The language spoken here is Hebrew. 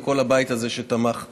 וכל הבית הזה שתמך בהצעה.